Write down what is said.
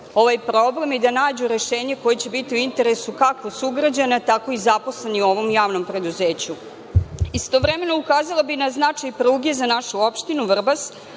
ovaj problem i da nađu rešenje koje će biti u interesu kako sugrađana, tako i zaposlenih u ovom javnom preduzeću. Istovremeno, ukazala bih na značaj pruge za našu opštinu Vrbas,